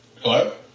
Hello